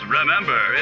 remember